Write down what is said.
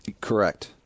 Correct